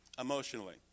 emotionally